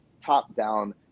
top-down